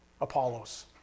Apollos